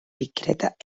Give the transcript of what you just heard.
discretas